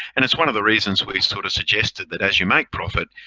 and it's one of the reasons we sort of suggested that as you make profit,